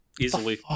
Easily